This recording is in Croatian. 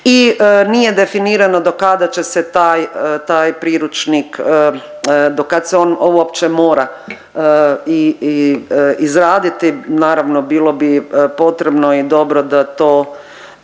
I nije definirano do kada će se taj priručnik, do kad se on uopće mora izraditi. Naravno bilo bi potrebno i dobro da to